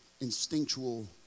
instinctual